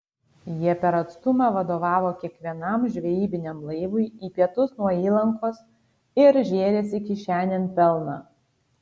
jie per atstumą vadovavo kiekvienam žvejybiniam laivui į pietus nuo įlankos ir žėrėsi kišenėn pelną